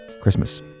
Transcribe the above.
Christmas